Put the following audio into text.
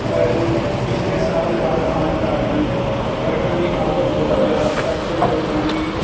ਪਰ ਪਿਛਲੇ ਸਾਲ ਹੜ੍ਹ ਆਉਣ ਕਾਰਨ ਸੜਕਾਂ ਦੀ ਹਾਲਤ ਬਹੁਤ ਜ਼ਿਆਦਾ ਤਰਸਯੋਗ ਬਣ ਗਈ